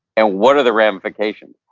and what are the ramifications?